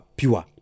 pure